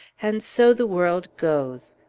and so the world goes!